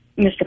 Mr